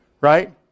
Right